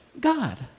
God